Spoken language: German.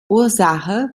ursache